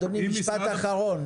אדוני משפט אחרון.